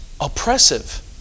oppressive